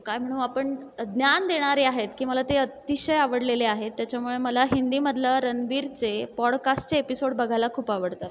काय म्हणू आपण ज्ञान देणारे आहेत की मला ते अतिशय आवडलेले आहेत त्याच्यामुळे मला हिंदीमधलं रणवीरचे पॉडकास्टचे एपिसोड बघायला खूप आवडतात